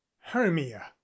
hermia